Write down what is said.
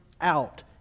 out